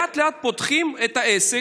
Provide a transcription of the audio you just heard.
לאט-לאט פותחים את העסק,